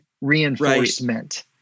reinforcement